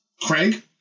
Craig